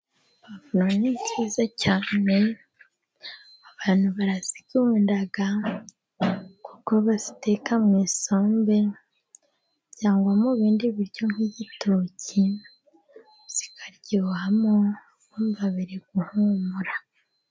Puwavuro ni nziza cyane abantu barazinda, kuko baziteka mu isombe cyangwa mu bindi biryo nk'igitoki, zikaryohamo, ukumva biri guhumura.